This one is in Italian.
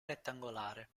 rettangolare